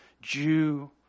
Jew